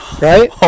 right